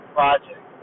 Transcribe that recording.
Project